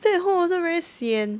stay at home also very sian